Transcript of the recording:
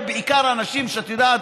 ובעיקר אנשים שאת יודעת,